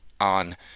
on